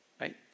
right